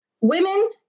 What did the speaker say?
Women